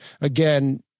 again